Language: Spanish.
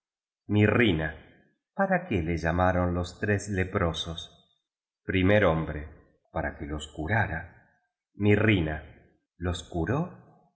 mirrina para qué le llamaron los tres leprosos primer hombre para que los curara mirrina los curó